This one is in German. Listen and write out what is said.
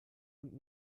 und